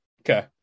Okay